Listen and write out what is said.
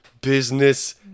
business